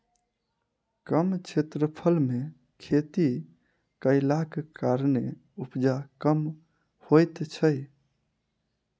कम क्षेत्रफल मे खेती कयलाक कारणेँ उपजा कम होइत छै